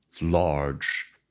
large